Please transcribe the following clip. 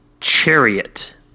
Chariot